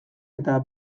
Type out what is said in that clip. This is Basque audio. eta